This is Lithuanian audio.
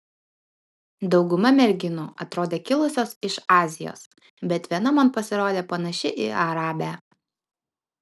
dauguma merginų atrodė kilusios iš azijos bet viena man pasirodė panaši į arabę